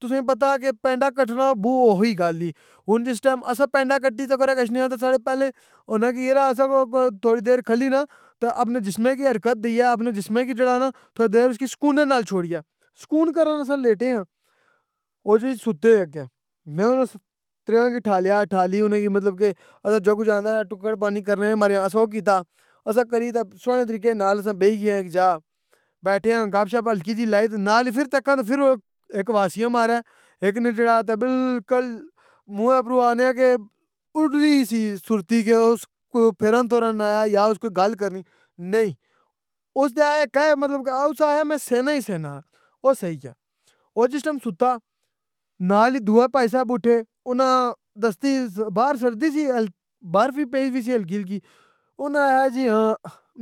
تساں کی پتہ کہ پیندا کٹنا بُو اوکھی گل ای، ہن جس ٹیم اساں پیندا کٹی تہ کورے گشنے آں تہ ساڑے پہلے اناں کی یرا اساں تھوڑی دیر کھلی نا تہ اپنے جسمے کی حرکت دیئا، اپنے جسمے کی جیڑا نہ تھوڑا نا تھوڑی دیر اس کی سکونے نال چھوڑیا، سکون کرن اساں لیٹے آں، او جوئ سُتے اکیا، میں اناں تریا کی ٹھالیا، ٹھالی اناں کی مطلب کہ اساں کی جو کچھ آندے ٹکڑ پانی کرنے ماریا اساں او کیتا، اسا کری تہ سوہنے طریقے نال اساں بیئ گۓ آں ایک جا، بیٹھے آں، گپ شپ ہلکی جی لائ تہ نال ای فرتکاں تہ فر او اک واسیاں مارے اک نہ جیڑا تہ بلکل موا اپروں آخنے آں کہ اڑنی سی سرطی کے اس پھرن تورن آیا یا اس کوئی گل کرنی، نہیں، اس نے آخیا کہ مطلب اُس اخیا میں سینا ہی سینا، او سوئ گیا، او جس ٹائم سُتا، نال ہی دوے پائی صاحب اٹھے، اناں دستی باہر سردی سی، برف وی پئ وی سی ہلکی ہلکی، اناں آخیا جی ہاں،